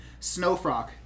Snowfrock